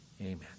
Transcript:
Amen